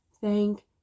thank